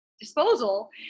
disposal